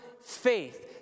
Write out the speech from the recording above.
faith